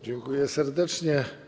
Dziękuję serdecznie.